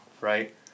right